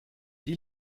die